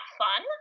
fun